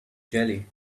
jelly